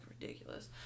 ridiculous